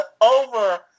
over